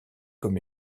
comme